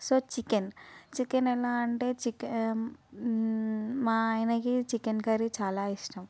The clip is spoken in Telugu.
సో చికెన్ చికెన్ ఎలా అంటే చికెన్ మా ఆయనకి చికెన్ కర్రీ చాలా ఇష్టం